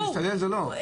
מקלב,